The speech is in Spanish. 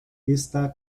está